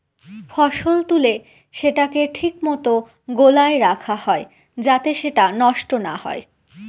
ফসল তুলে সেটাকে ঠিক মতো গোলায় রাখা হয় যাতে সেটা নষ্ট না হয়